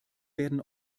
werden